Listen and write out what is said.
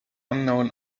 unknown